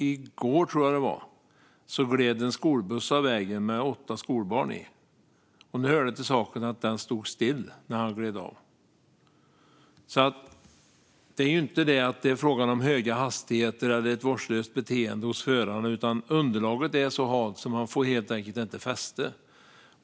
I går, tror jag att det var, gled en skolbuss av vägen med åtta skolbarn i. Det hör till saken att den stod still innan den gled av. Det är alltså inte fråga om höga hastigheter eller vårdslöst beteende hos förarna, utan underlaget är så halt att man helt enkelt inte får fäste.